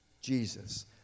Jesus